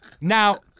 Now